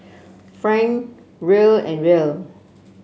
franc Riel and Riel